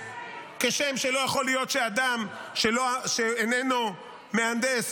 כשם שלא יכול להיות שאדם שאיננו מהנדס,